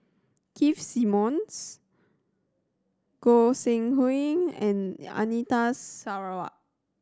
Keith Simmons Goi Seng Hui and Anita Sarawak